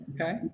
Okay